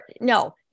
no